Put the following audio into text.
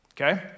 Okay